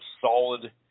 solid